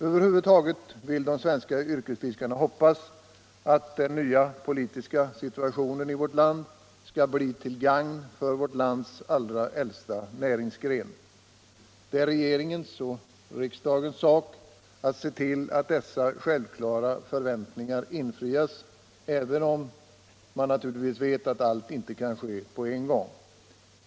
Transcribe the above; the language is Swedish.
Över huvud taget hoppas de svenska yrkesfiskarna att den nya politiska situationen i vårt land skall bli till gagn för vårt lands allra äldsta näringsgren. Det är regeringens och riksdagens sak att se till att dessa självklara förväntningar infrias, även om man naturligtvis inser att allt inte kan ske på en gång.